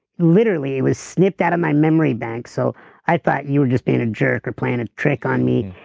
literally it was snipped out of my memory bank, so i thought you were just being a jerk or playing a trick on me.